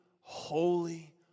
holy